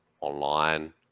online